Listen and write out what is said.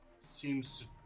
seems